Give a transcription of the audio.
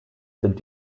sind